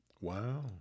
Wow